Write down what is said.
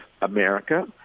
America